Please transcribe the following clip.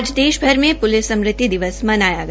आज देशभर में पूलिस स्मृति दिवस मनाया गया